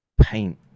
paint